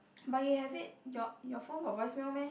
But you have it your your phone got voice mail meh